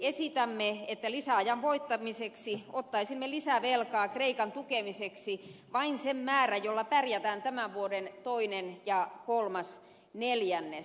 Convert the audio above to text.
esitämme että lisäajan voittamiseksi ottaisimme lisävelkaa kreikan tukemiseksi vain sen määrän jolla pärjätään tämän vuoden toinen ja kolmas neljännes